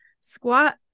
squat